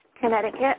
Connecticut